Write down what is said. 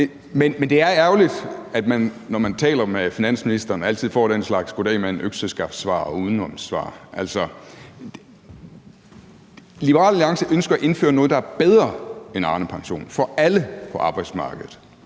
Men det er ærgerligt, at man, når man taler med finansministeren, altid får den slags goddag mand økseskaft-svar og udenomssvar. Altså, Liberal Alliance ønsker at indføre noget, der er bedre end Arnepension, for alle på arbejdsmarkedet